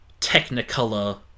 Technicolor